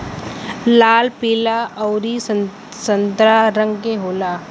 लाल पीला अउरी संतरा रंग के होला